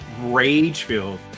rage-filled